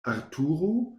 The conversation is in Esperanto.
arturo